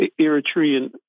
Eritrean